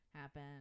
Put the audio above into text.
happen